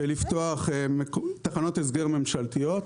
המדינה לא הסכימה לממן ולפתוח תחנות הסגר ממשלתיות,